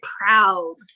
proud